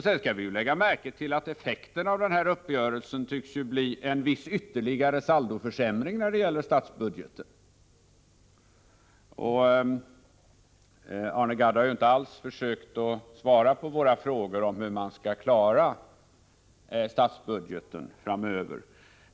Sedan skall vi lägga märke till att en effekt av uppgörelsen tycks bli en viss ytterligare saldoförsämring i statsbudgeten. Arne Gadd har inte alls försökt svara på våra frågor om hur man skall klara statsbudgeten framöver.